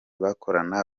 bakorana